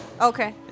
Okay